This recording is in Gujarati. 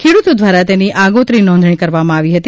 ખેડૂતો દ્વારા તેની આગોતરી નોંધણી કરવામાં આવી હતી